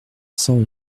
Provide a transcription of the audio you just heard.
cent